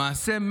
למעשה,